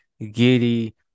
Giddy